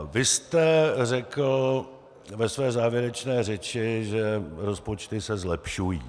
Vy jste řekl ve své závěrečné řeči, že rozpočty se zlepšují.